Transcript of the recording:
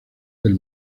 del